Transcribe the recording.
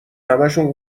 همهشون